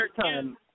time